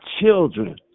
children